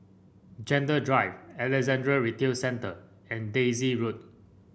Gentle Drive Alexandra Retail Centre and Daisy Road